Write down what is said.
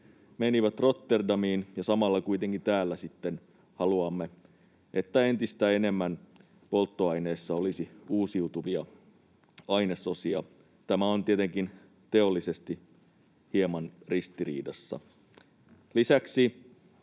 menivät Rotterdamiin ja samalla kuitenkin täällä sitten haluamme, että polttoaineessa olisi entistä enemmän uusiutuvia ainesosia. Tämä on tietenkin teollisesti hieman ristiriidassa. Lisäksi